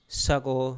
sago